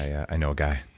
i know a guy